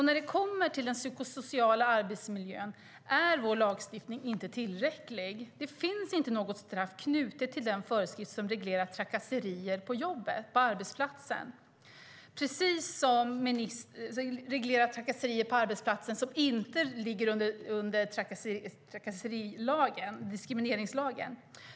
När det kommer till den psykosociala arbetsmiljön är vår lagstiftning inte tillräcklig. Det finns inte något straff knutet till den föreskrift som reglerar trakasserier på jobbet, på arbetsplatsen, som inte ligger under trakasserilagen, diskrimineringslagen.